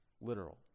literal